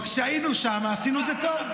וכשהיינו שם, עשינו את זה טוב.